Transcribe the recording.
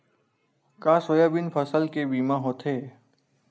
का सोयाबीन फसल के बीमा होथे?